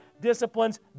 disciplines